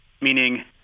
Meaning